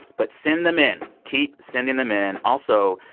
but send them in. keep sending them in. also,